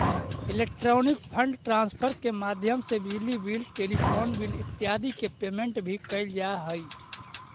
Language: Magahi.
इलेक्ट्रॉनिक फंड ट्रांसफर के माध्यम से बिजली बिल टेलीफोन बिल इत्यादि के पेमेंट भी कैल जा हइ